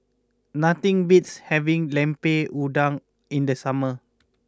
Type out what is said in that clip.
nothing beats having Lemper Udang in the summer